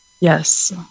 Yes